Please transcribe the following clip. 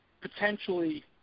potentially